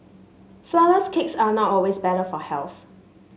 flourless cakes are not always better for health